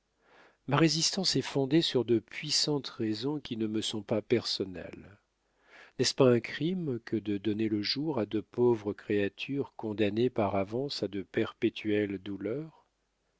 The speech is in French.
ma résistance est fondée sur de puissantes raisons qui ne me sont pas personnelles n'est-ce pas un crime que de donner le jour à des pauvres créatures condamnées par avance à de perpétuelles douleurs